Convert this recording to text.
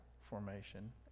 formation